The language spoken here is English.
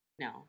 No